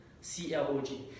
c-l-o-g